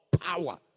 power